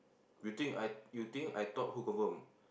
you think I you think I thought who confirm